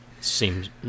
Seems